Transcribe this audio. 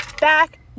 Back